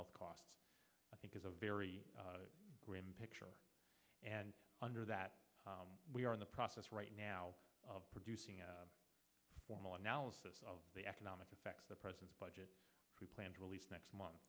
health costs i think is a very grim picture and under that we are in the process right now of producing a formal analysis of the economic effects the president's budget plan to release next month